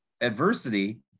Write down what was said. adversity